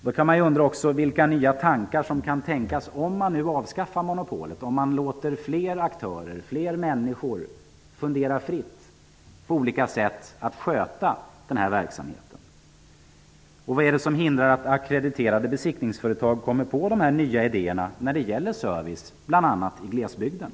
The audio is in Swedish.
Man kan också undra vilka nya tankar som kan uppstå om man nu avskaffar monopolet, om man låter fler aktörer och människor fundera fritt över olika sätt att sköta verksamheten. Vad är det som hindrar att ackrediterade besiktningsföretag kommer på de nya idéerna när det gäller service i bl.a. glesbygden?